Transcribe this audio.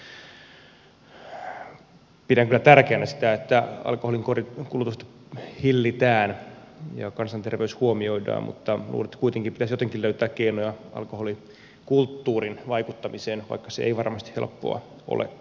pidän kyllä tärkeänä sitä että alkoholinkulutusta hillitään ja kansanterveys huomioidaan mutta kuitenkin pitäisi jotenkin löytää keinoja alkoholikulttuuriin vaikuttamiseen vaikka se ei varmasti helppoa olekaan